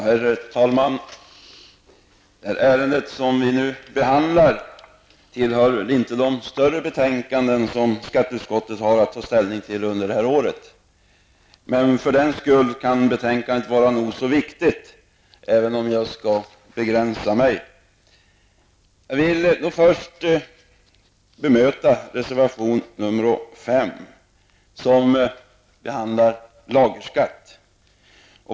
Herr talman! Det ärende vi nu behandlar hör inte till de större som skatteutskottet har att ta ställning till under detta år. Frågan är ändå viktig, men jag skall trots det begränsa mitt anförande. Jag vill börja med att bemöta reservation nr 5, som behandlar frågan om lagerskatt.